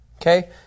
Okay